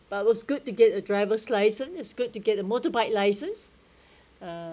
but it was good to get a driver's license it's good to get the motorbike licence uh